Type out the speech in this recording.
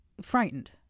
frightened